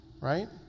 Right